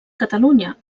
catalunya